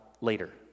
later